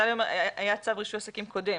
היה צו רישוי עסקים קודם.